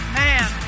man